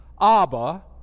Abba